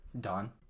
done